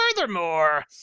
Furthermore